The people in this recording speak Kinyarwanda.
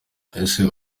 ese